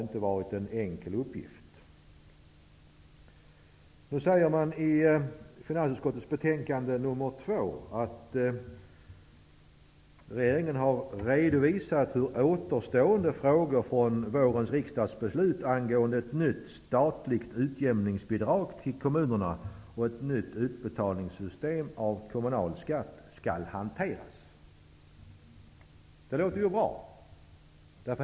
Det sägs i finansutskottets betänkande nr 2 att regeringen har redovisat hur återstående frågor från vårens riksdagsbeslut angående ett nytt statligt utjämningsbidrag till kommunerna och ett nytt utbetalningssystem för kommunal skatt skall hanteras. Det låter bra.